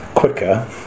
quicker